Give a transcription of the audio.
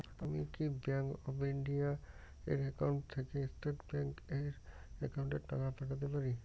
আমি কি bank of India এর একাউন্ট থেকে স্টেট ব্যাংক এর একাউন্টে টাকা পাঠাতে পারি?